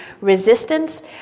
resistance